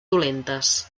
dolentes